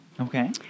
Okay